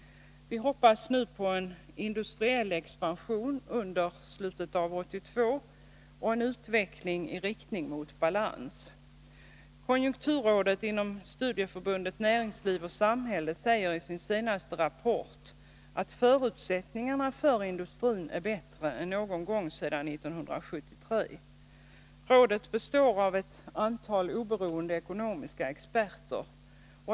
Vi hoppas nu på en industriell expansion under slutet av 1982 och en utveckling i riktning mot balans. Konjunkturrådet inom Studieförbundet Näringsliv och samhälle säger i sin senaste rapport: ”Förutsättningarna för industrin är bättre än någon gång sedan 1973.” Rådet består av ett antal oberoende ekonomiska experter.